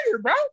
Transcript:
bro